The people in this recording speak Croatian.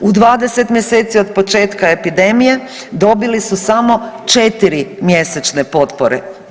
U 20 mjesece od početka epidemije dobili su samo 4 mjesečne potpore.